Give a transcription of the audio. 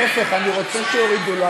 להפך, אני רוצה שיורידו לו.